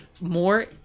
more